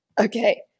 Okay